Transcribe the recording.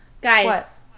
Guys